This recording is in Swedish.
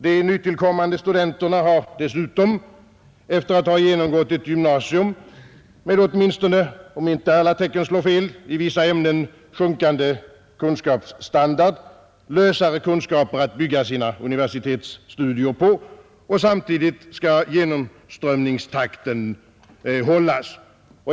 De nytillkommande studenterna har dessutom, efter att ha genomgått ett gymnasium med, om inte alla tecken slår fel, åtminstone i vissa ämnen sjunkande kunskapsstandard, lösare kunskaper att bygga sina universitetsstudier på. Samtidigt skall genomströmningstakten hållas.